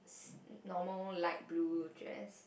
normal light blue dress